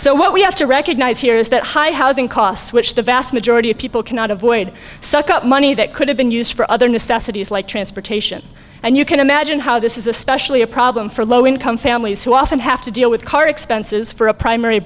so what we have to recognize here is that high housing costs which the vast majority of people cannot avoid suck up money that could have been used for other necessities like transportation and you can imagine how this is especially a problem for low income families who often have to deal with car expenses for a primary